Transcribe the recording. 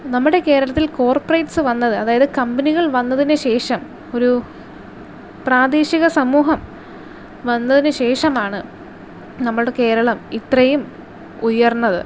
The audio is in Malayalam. നമ്മുടെ കേരളത്തിൽ കോർപ്പറേറ്റ്സ് വന്നത് അതായത് കമ്പനികൾ വന്നതിന് ശേഷം ഒരു പ്രാദേശിക സമൂഹം വന്നതിന് ശേഷമാണ് നമ്മളുടെ കേരളം ഇത്രയും ഉയർന്നത്